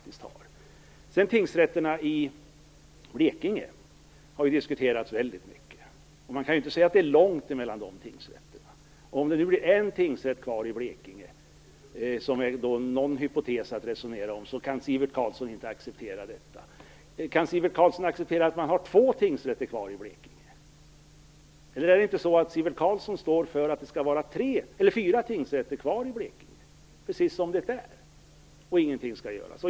Tingsrätterna i Blekinge har diskuterats väldigt mycket. Man kan inte säga att det är långt mellan tingsrätterna där. Att det blir en tingsrätt kvar i Blekinge - det är en hypotes som man kan resonera om - kan inte Sivert Carlsson acceptera. Kan han acceptera att man har två tingsätter kvar i Blekinge? Är det inte så att Sivert Carlsson vill ha fyra tingsrätter i Blekinge, precis som nu, och att ingenting skall göras?